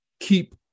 keep